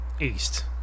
East